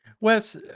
Wes